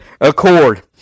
accord